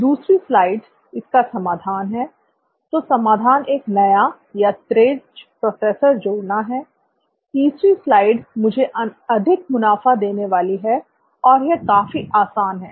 दूसरी स्लाइड इसका समाधान है तो समाधान एक नया या तेज प्रोसेसर जोड़ना है तीसरी स्लाइड मुझे अधिक मुनाफा देने वाली है और यह काफी आसान है